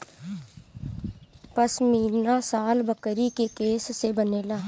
पश्मीना शाल बकरी के केश से बनेला